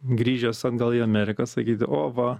grįžęs atgal į ameriką sakyti o va